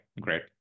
great